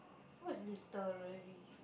what is literary